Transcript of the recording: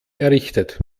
errichtet